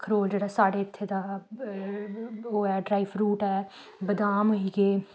खरोट जेह्ड़ा साढ़े इत्थै दा ओह् ऐ ड्राई फ्रूट ऐ बदाम होई गे